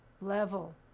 level